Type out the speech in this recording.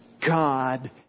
God